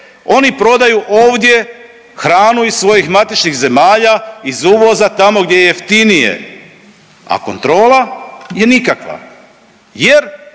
oni prodaju ovdje hranu iz svojih matičnih zemalja, iz uvoza tamo gdje je jeftinije, a kontrola je nikakva jer